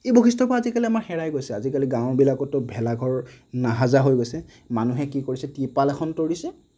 এই বৈশিষ্টবোৰ আজিকালি আমাৰ হেৰাই গৈছে আজিকালি গাঁওবিলাকতো ভেলাঘৰ নাসাজা হৈ গৈছে মানুহে কি কৰিছে তিৰ্পাল এখন তৰিছে